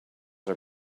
are